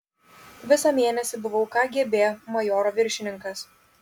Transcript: visą mėnesį buvau kgb majoro viršininkas